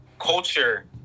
culture